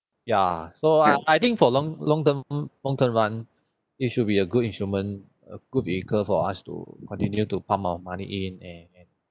ya so I think for long long term long term run it should be a good instrument a good vehicle for us to continue to pump our money in and